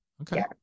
okay